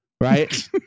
Right